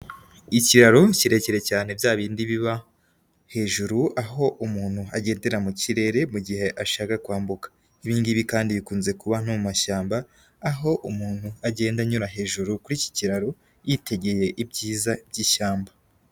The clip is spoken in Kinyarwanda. Ikiraro kirekire cyane bya bindi biba hejuru aho umuntu agendera mu kirere mu gihe ashaka kwambuka, ibi ngibi kandi bikunze kuba nko mu mashyamba, aho umuntu agenda anyura hejuru kuri iki kiraro yitegeye ibyiza byishyamba.